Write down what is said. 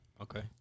Okay